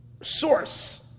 source